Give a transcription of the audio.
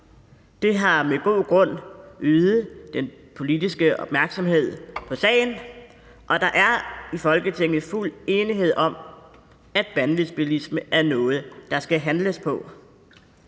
Det har med god grund øget den politiske opmærksomhed på sagen, og der er i Folketinget fuld enighed om, at vanvidsbilisme er noget, der skal handles på.